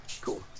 Cool